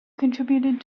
contributed